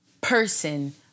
person